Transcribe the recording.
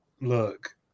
Look